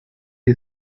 you